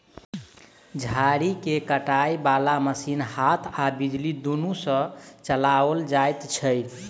झाड़ी के काटय बाला मशीन हाथ आ बिजली दुनू सँ चलाओल जाइत छै